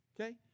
Okay